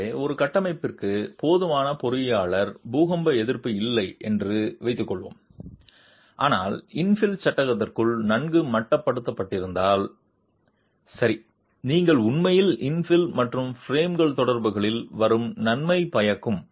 எனவே ஒரு கட்டமைப்பிற்கு போதுமான பொறியியலாளர் பூகம்ப எதிர்ப்பு இல்லை என்று வைத்துக் கொள்வோம் ஆனால் இன்ஃபில் சட்டகத்திற்குள் நன்கு மட்டுப்படுத்தப்பட்டிருந்தால் சரி நீங்கள் உண்மையில் இன்ஃபில் மற்றும் பிரேம் தொடர்புகளிலிருந்து வரும் நன்மை பயக்கும்